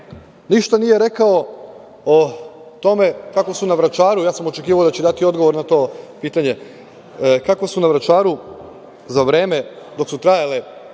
ništa nije rekao o tome kako su na Vračaru, ja sam očekivao da će dati odgovor na to pitanje, kako su na Vračaru, za vreme dok su trajale